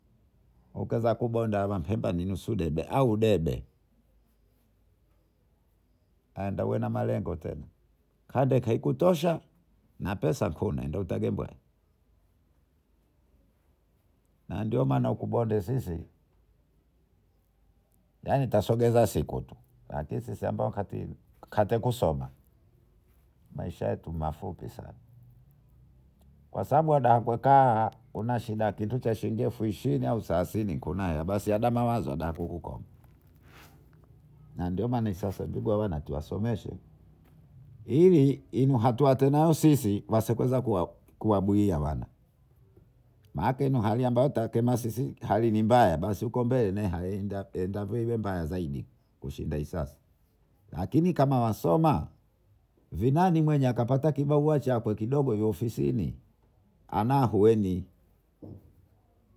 Ukianzakubonda mapembani nusu debe au debe endeuwenamalengo tena kadeke ikutosha na pesa huna endeutakembwe nandio maana huku bonde sisi yanitutasogeza siku tuu lakisisi kateekusoma maishayetu mafupi sana kwasababu adahekwa unashida ya shilingi ishirini au thelathini huna hela basi ada mawazo ada mawazo ada kukoma nandiomana hivi sasa ndugu wanawana tuwasomeshe ili ihatunao sisi wasiweza kuwabuhia wana make hali tekenua sisi ni mbaya basi huko mbele henda iwe mbaya zaidi kushinda hii sasa lakini kama wasoma hivi Mani akapata barua chako kidogo ofisini ana hauweni